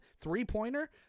three-pointer